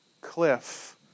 cliff